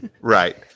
right